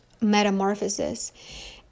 metamorphosis